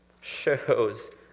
shows